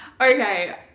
Okay